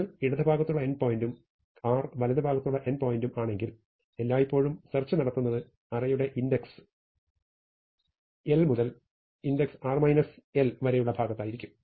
l ഇടതുഭാഗത്തുള്ള എൻഡ്പോയന്റും r വലതുഭാഗത്തുള്ള എൻഡ്പോയന്റും ആണെങ്കിൽ എല്ലായ്പ്പോഴും സെർച്ച് നടത്തുന്നത് അറേയുടെ ഇൻഡക്സ് l മുതൽ ഇൻഡക്സ് r 1 വരെയുള്ള ഭാഗത്തായിരിക്കും